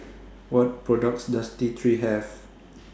What products Does T three Have